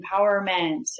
empowerment